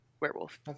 werewolf